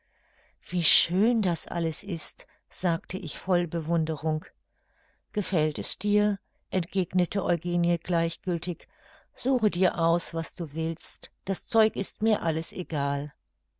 wie schön das alles ist sagte ich voll bewunderung gefällt es dir entgegnete eugenie gleichgültig suche dir aus was du willst das zeug ist mir alles egal